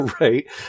Right